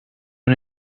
una